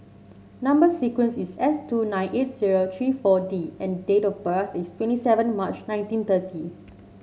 number sequence is S two nine eight zero three four D and date of birth is twenty seven March nineteen thirty